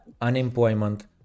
unemployment